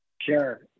Sure